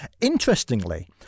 Interestingly